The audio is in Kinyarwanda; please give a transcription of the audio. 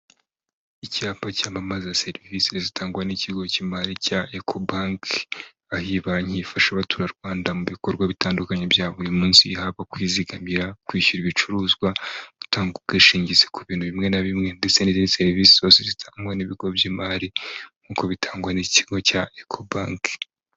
icyapa cyamamaza serivisi zitangwa n'ikigo cy'imari cya eco bank iyi banki ifasha abaturarwanda mu bikorwa bitandukanye bya buri munsi ihabwa kwizigamira kwishyura ibicuruzwa gutanga ubwishingizi ku bintu bimwe na bimwe ndetse n'izindi serivisi zitangwa n'ibigo by'imari nkuko bitangwa n'ikigo cya eco bank